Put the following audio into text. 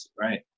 right